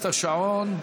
אדוני.